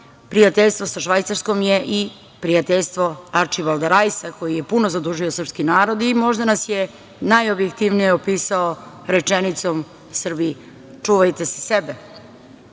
prijateljstvo sa Švajcarskom je i prijateljstvo i Arčibalda Rajsa koji je puno zadužio srpski narod i možda nas je najobjektivnije napisao rečenicom: „Srbi, čuvajte se